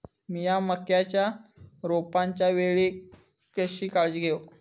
मीया मक्याच्या रोपाच्या वेळी कशी काळजी घेव?